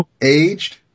aged